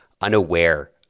unaware